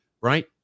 right